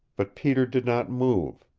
but peter did not move.